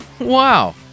Wow